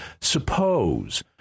Suppose